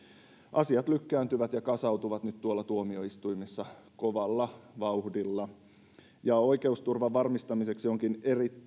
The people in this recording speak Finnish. asiat lykkääntyvät ja kasautuvat nyt tuolla tuomioistuimissa kovalla vauhdilla oikeusturvan varmistamiseksi onkin